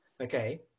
Okay